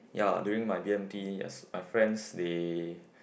ya during my b_m_t as my friends they